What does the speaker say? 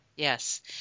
Yes